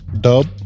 Dub